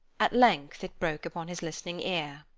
at length it broke upon his listening ear.